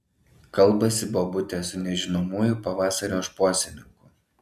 kalbasi bobutė su nežinomuoju pavasario šposininku